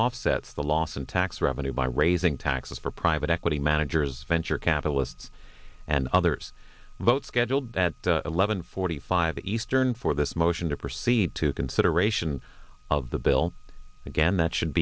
offsets the loss in tax revenue by raising taxes for private equity managers venture capitalists and others vote scheduled that eleven forty five eastern for this motion to proceed to consideration of the bill again that should